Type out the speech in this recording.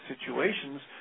situations